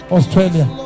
Australia